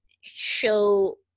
show